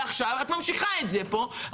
ועכשיו את ממשיכה את זה פה.